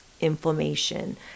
inflammation